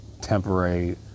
temporary